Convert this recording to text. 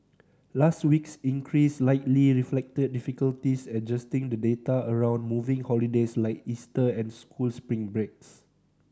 last week's increase likely reflected difficulties adjusting the data around moving holidays like Easter and school spring breaks